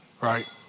right